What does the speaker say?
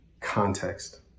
context